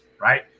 right